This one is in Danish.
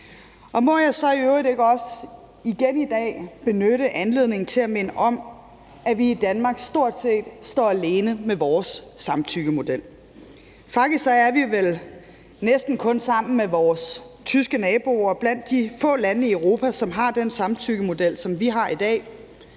Må jeg så ikke også igen i dag benytte anledningen til at minde om, at vi i Danmark stort set står alene med vores samtykkemodel. Faktisk er vi vel sammen med vores tyske nabo blandt de få lande i Europa, som har den samtykkemodel, som vi har i dag.